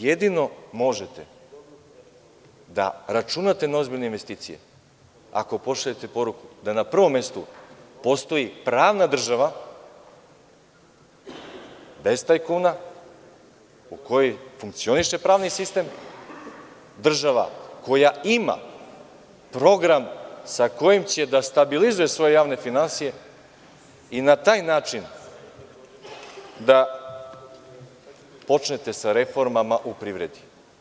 Jedino možete da računate na ozbiljne investicije ako pošaljete poruku da na prvom mestu postoji prava država, bez tajkuna, u kojoj funkcioniše pravni sistem, država koja ima program sa kojim će da stabilizuje svoje javne finansije i na taj način da počnete sa reformama u privredi.